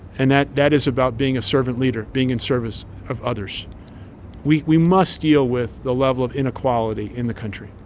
and that that is about being a servant leader being in service of others we we must deal with the level of inequality in the country.